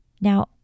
Now